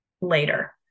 later